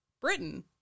britain